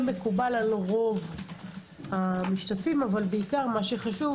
מקובל על רוב המשתתפים אבל בעיקר מה שחשוב